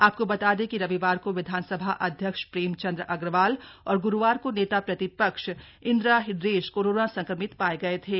आपको बता दें कि रविवार को विधानसभा अध्यक्ष प्रेमचन्द अग्रवाल और ग्रुवार को नेता प्रतिपक्ष इंदिरा हृदयेश कोरोना संक्रमित पाये गये थे